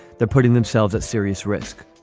they're putting themselves at serious risk.